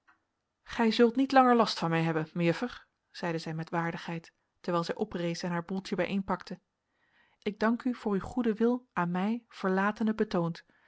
gij zult niet langer last van mij hebben mejuffer zeide zij met waardigheid terwijl zij oprees en haar boeltje bijeenpakte ik dank u voor uw goeden wil aan mij verlatene betoond